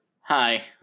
Hi